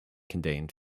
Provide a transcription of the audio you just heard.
contained